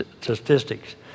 statistics